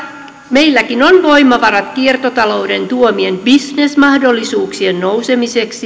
meilläkin on voimavarat kiertotalouden tuomilla bisnesmahdollisuuksilla nousta